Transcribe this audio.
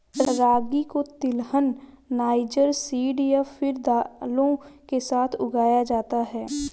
रागी को तिलहन, niger seed या फिर दालों के साथ उगाया जाता है